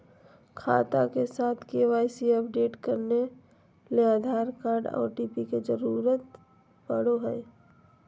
खाता के साथ के.वाई.सी अपडेट करे ले आधार कार्ड आर ओ.टी.पी के जरूरत पड़ो हय